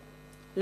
להכניס